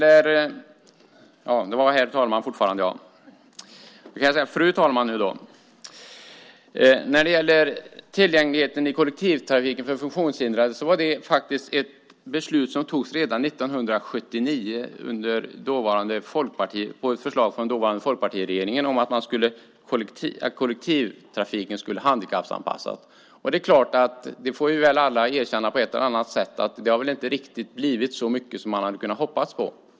Ett beslut om tillgänglighet i kollektivtrafiken för funktionshindrade fattades redan 1979 på förslag från den dåvarande folkpartiregeringen. Vi får alla på ett eller annat sätt erkänna att det inte har blivit riktigt så mycket som man hade hoppats på.